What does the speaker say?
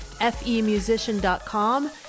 femusician.com